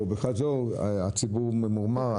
הציבור ממורמר.